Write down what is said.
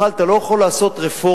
בכלל, אתה לא יכול לעשות רפורמות